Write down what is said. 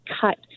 cut